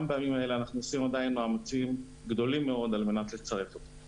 גם בימים האלה אנחנו עושים מאמצים גדולים על מנת לצרף אותם.